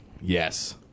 Yes